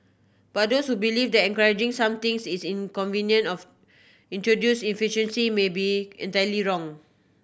but those who believe that encouraging something is inconvenient of introduce inefficiency may be entirely wrong